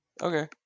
Okay